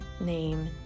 name